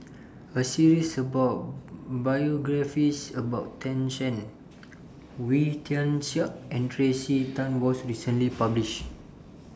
A series of biographies about Tan Shen Wee Tian Siak and Tracey Tan was recently published